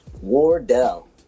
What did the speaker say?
Wardell